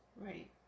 Right